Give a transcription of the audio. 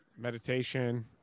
Meditation